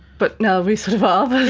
but now we sort of are!